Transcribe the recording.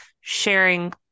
sharing